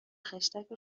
خشتک